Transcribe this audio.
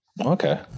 okay